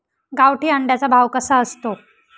गावठी अंड्याचा भाव कसा असतो?